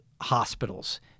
hospitals